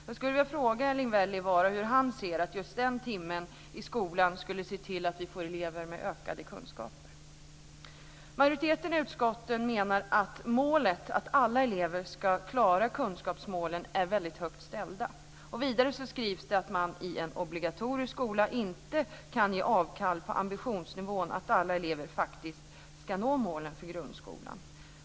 Jag skulle vilja fråga Erling Wälivaara hur just den timmen i skolan skulle medföra att vi får elever med ökade kunskaper. Majoriteten i utskotten menar att målet att alla elever ska klara kunskapsmålen är väldigt högt ställt. Vidare skrivs det att man i en obligatorisk skola inte kan ge avkall på ambitionsnivån att alla elever faktiskt ska nå målen för grundskolan.